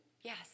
Yes